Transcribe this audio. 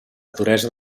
duresa